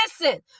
listen